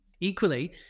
Equally